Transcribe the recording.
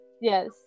Yes